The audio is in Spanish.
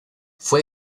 fue